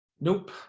Nope